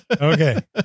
Okay